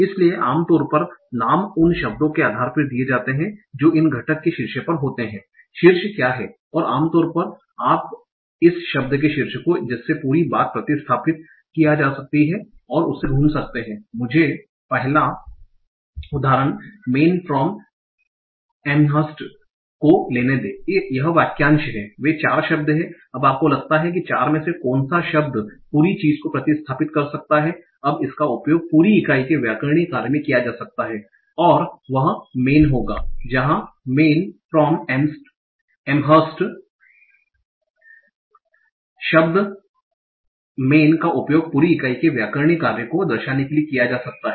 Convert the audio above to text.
इसलिए आमतौर पर नाम उन शब्दों के आधार पर दिए जाते हैं जो इन घटक के शीर्ष पर होते हैं शीर्ष क्या है और आमतौर पर आप इस शब्द के शीर्ष को जिससे पूरी बात प्रतिस्थापित किया जा सकती है उससे ढूंढ सकते हैं मुझे पहला उदाहरण मैन फ़्राम एमहर्स्ट को लेने दें यह वाक्यांश है वे 4 शब्द हैं अब आपको लगता है कि 4 में से कौन सा शब्द पूरी चीज को प्रतिस्थापित कर सकता है अब इसका उपयोग पूरी इकाई के व्याकरणिक कार्य में किया जा सकता है और वह मेन होगा जहां मैन फ़्राम एमहर्स्ट है शब्द मैन का उपयोग पूरी इकाई के व्याकरणिक कार्य को दर्शाने के लिए किया जा सकता है